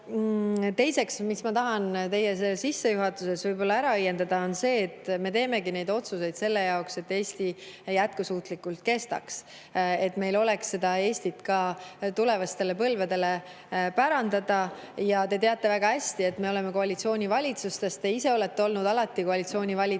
Teiseks, mis ma tahan teie sissejuhatuses võib-olla ära õiendada, on see, et me teemegi neid otsuseid selle jaoks, et Eesti jätkusuutlikult kestaks ja et meil oleks seda Eestit ka tulevastele põlvedele pärandada. Ja te teate väga hästi, et me oleme koalitsioonivalitsustes. Te ise olete olnud alati koalitsioonivalitsustes